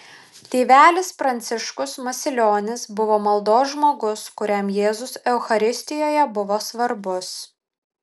tėvelis pranciškus masilionis buvo maldos žmogus kuriam jėzus eucharistijoje buvo svarbus